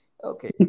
okay